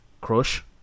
Crush